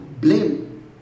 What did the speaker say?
blame